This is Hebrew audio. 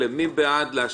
מי בעד?